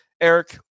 Eric